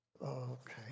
okay